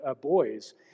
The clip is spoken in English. boys